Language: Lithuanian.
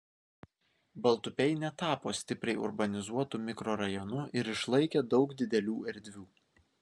baltupiai netapo stipriai urbanizuotu mikrorajonu ir išlaikė daug didelių erdvių